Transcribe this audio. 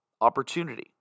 opportunity